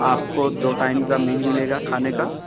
آپ کو دو ٹائم کا میل ملے گا کھانے کا